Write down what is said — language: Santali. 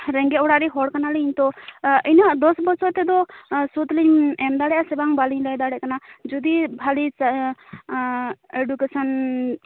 ᱨᱮᱸᱜᱮᱡ ᱚᱲᱟᱨᱮᱱ ᱦᱚᱲ ᱠᱟᱱᱟᱞᱤᱧ ᱛᱳ ᱤᱱᱟᱹ ᱫᱚᱥ ᱵᱚᱪᱷᱚᱨ ᱛᱮ ᱥᱩᱫ ᱞᱤᱧ ᱮᱢ ᱫᱟᱲᱮ ᱟᱥᱮ ᱵᱟᱝ ᱵᱟᱹᱞᱤᱧ ᱞᱟᱹᱭ ᱫᱟᱲᱮᱭᱟᱜ ᱠᱟᱱᱟ ᱡᱩᱫᱤ ᱵᱷᱟᱹᱞᱤ ᱮᱰᱩᱠᱮᱥᱚᱱ